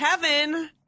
Kevin